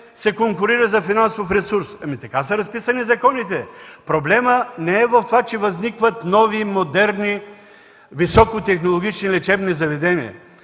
се конкурира за финансов ресурс? Така са разписани законите. Проблемът не е в това, че възникват нови, модерни, високотехнологични лечебни заведения!